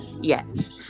Yes